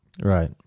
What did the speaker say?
Right